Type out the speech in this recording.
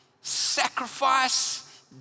sacrifice